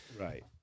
right